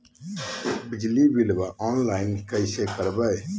बिजली बिलाबा ऑनलाइन कैसे करबै?